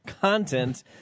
content